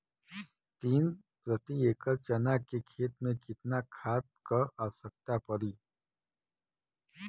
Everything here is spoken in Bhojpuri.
तीन प्रति एकड़ चना के खेत मे कितना खाद क आवश्यकता पड़ी?